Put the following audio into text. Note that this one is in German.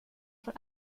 von